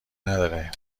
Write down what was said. نداره